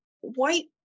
white